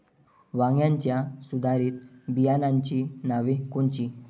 वांग्याच्या सुधारित बियाणांची नावे कोनची?